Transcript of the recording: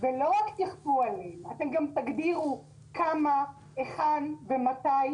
ולא רק שתכפו עליהן אלא גם תגדירו כמה, היכן ומתי